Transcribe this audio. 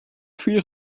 fuir